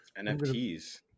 NFTs